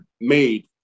made